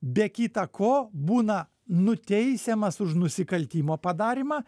be kita ko būna nuteisiamas už nusikaltimo padarymą